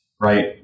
right